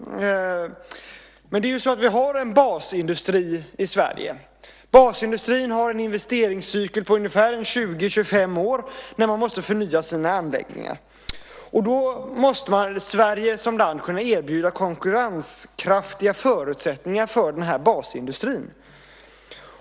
Vi har en basindustri i Sverige. Den har en investeringscykel på ungefär 20-25 år innan man måste förnya sina anläggningar. Då måste Sverige som land kunna erbjuda konkurrenskraftiga förutsättningar för basindustrin.